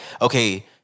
okay